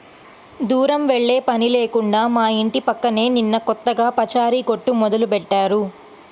దూరం వెళ్ళే పని లేకుండా మా ఇంటి పక్కనే నిన్న కొత్తగా పచారీ కొట్టు మొదలుబెట్టారు